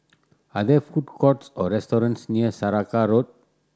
are there food courts or restaurants near Saraca Road